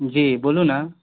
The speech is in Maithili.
जी बोलू न